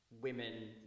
women